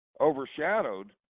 overshadowed